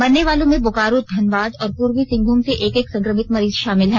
मरने वालों में बोकारो धनबाद और पूर्वी सिंहभूम से एक एक संक्रमित मरीज शामिल है